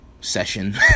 session